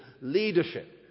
leadership